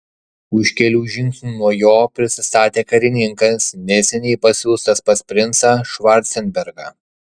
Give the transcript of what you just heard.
už kelių žingsnių nuo jo prisistatė karininkas neseniai pasiųstas pas princą švarcenbergą